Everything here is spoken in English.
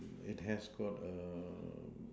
it has got a